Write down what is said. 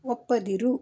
ಒಪ್ಪದಿರು